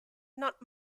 not